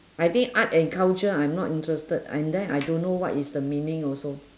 I think art and culture I'm not interested and then I don't know what is the meaning also